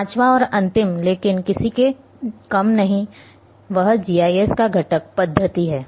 पांचवां और अंतिम लेकिन किसी से कम नहीं वह जीआईएस का घटक पद्धति है